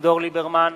אביגדור ליברמן,